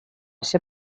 się